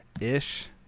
ish